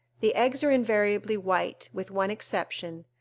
the eggs are invariably white, with one exception,